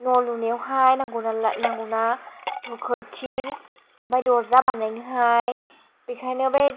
न' लुनायावहाय नांगौ नालाय नांगौ ना ट खोरखि ओमफाय दरजा बानायनो हाय बेखायनो बै